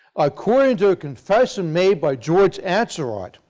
according to a confession made by george atzerodt,